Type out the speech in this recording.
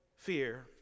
Fear